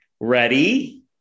Ready